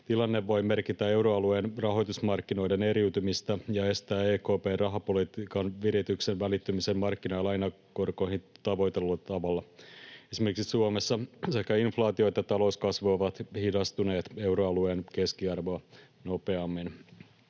Tilanne voi merkitä euroalueen rahoitusmarkkinoiden eriytymistä ja estää EKP:n rahapolitiikan virityksen välittymisen markkina- ja lainakorkoihin tavoitellulla tavalla. Esimerkiksi Suomessa sekä inflaatio että talouskasvu ovat hidastuneet euroalueen keskiarvoa nopeammin.